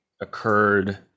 occurred